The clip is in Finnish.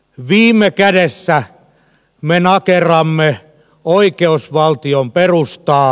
viime kädessä me nakerramme oikeusvaltion perustaa